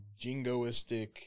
jingoistic